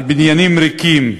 על בניינים ריקים.